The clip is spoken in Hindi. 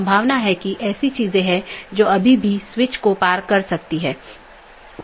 यहाँ N1 R1 AS1 N2 R2 AS2 एक मार्ग है इत्यादि